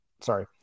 sorry